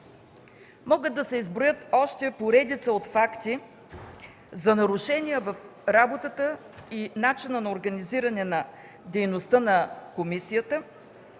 Могат да се изброят още поредица от факти за нарушения в работата и начина на организиране на дейността на комисията,